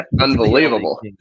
unbelievable